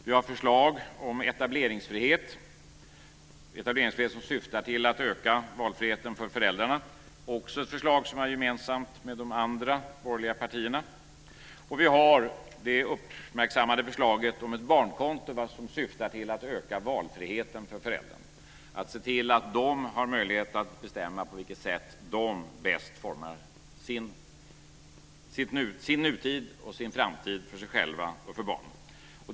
Vi har förslag om etableringsfrihet som syftar till att öka valfriheten för föräldrarna - också ett förslag som vi har gemensamt med de andra borgerliga partierna. Vi har det uppmärksammade förslaget om ett barnkonto som syftar till att öka valfriheten för föräldrarna, att se till att de har möjlighet att bestämma på vilket sätt de bäst formar sin nutid och sin framtid för sig själva och med tanke på barnen.